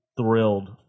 thrilled